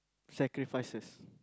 sacrifices